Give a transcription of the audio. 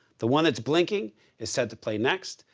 the one that's blinking is set to play next.